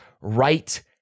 right